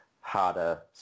harder